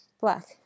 Black